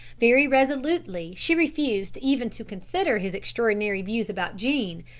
very resolutely she refused even to consider his extraordinary views about jean.